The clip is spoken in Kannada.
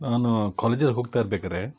ನಾನು ಕೊಲೇಜಿಗೆ ಹೋಗ್ತಾ ಇರ್ಬೇಕಾದ್ರೆ